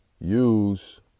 use